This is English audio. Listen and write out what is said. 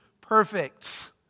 perfect